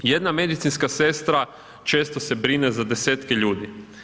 Jedna medicinska sestra često se brine za 10-tke ljudi.